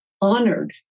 Honored